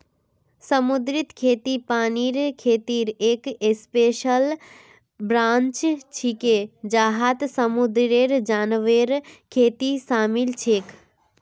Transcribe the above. समुद्री खेती पानीर खेतीर एक स्पेशल ब्रांच छिके जहात समुंदरेर जानवरेर खेती शामिल छेक